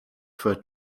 for